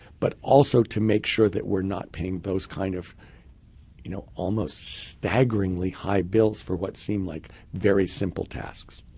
but also to make sure that we're not paying those kind of you know almost staggeringly high bills for what seem like very simple tasks.